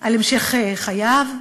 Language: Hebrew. על המשך חייו,